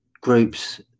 groups